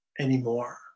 anymore